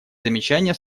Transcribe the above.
замечания